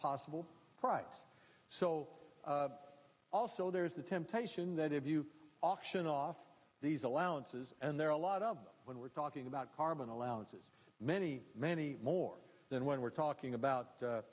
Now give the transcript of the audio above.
possible price so also there is the temptation that if you auction off these allowances and there are a lot of when we're talking about carbon allowances many many more than what we're talking